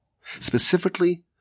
Specifically